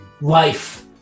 life